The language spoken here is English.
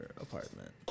apartment